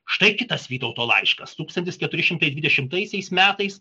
štai kitas vytauto laiškas tūkstantis keturi šimtai dvidešimtaisiais metais